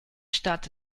stadt